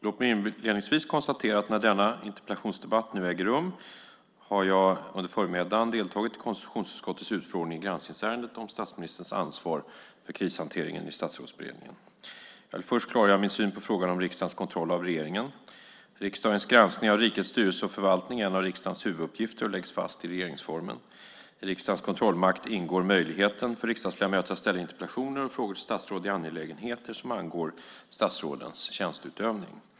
Låt mig inledningsvis konstatera att när denna interpellationsdebatt nu äger rum har jag under förmiddagen deltagit i konstitutionsutskottets utfrågning i granskningsärendet om statsministerns ansvar för krishanteringen i Statsrådsberedningen. Jag vill först klargöra min syn på frågan om riksdagens kontroll av regeringen. Riksdagens granskning av rikets styrelse och förvaltning är en av riksdagens huvuduppgifter och läggs fast i regeringsformen. I riksdagens kontrollmakt ingår möjligheten för riksdagsledamöter att ställa interpellationer och frågor till statsråd i angelägenheter som angår statsrådens tjänsteutövning.